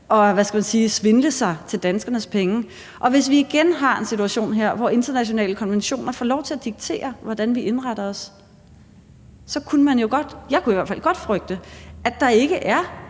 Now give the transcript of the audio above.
at svindle sig til danskernes penge. Og hvis vi igen har en situation her, hvor internationale konventioner får lov til at diktere, hvordan vi indretter os, kunne jeg i hvert fald godt frygte, at der i en